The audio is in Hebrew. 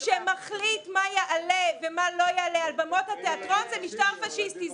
משטר שמחליט מה יעלה או לא יעלה על במות התיאטרון זה משטר פשיסטי.